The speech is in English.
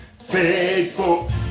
faithful